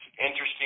interesting